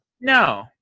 no